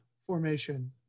formation